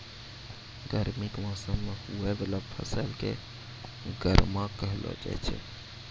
गर्मी के मौसम मे हुवै वाला फसल के गर्मा कहलौ जाय छै